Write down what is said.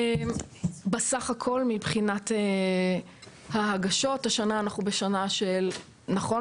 בסך הכל מבחינת ההגשות השנה אנחנו נכון